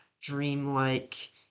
dreamlike